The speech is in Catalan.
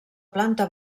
planta